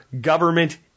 government